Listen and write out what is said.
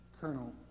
Colonel